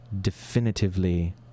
definitively